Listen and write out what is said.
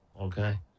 Okay